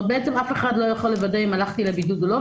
אף אחד לא יכול לוודא אם הלכתי לבידוד או לא,